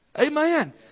Amen